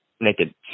naked